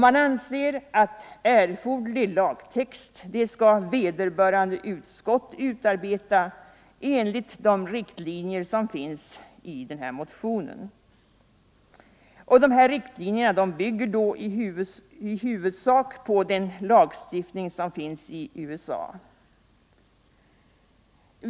Man anser att erforderlig lagtext skall utarbetas av vederbörande utskott enligt de riktlinjer som anges i motionen. Riktlinjerna bygger i huvudsak på den lagstiftning som finns i USA.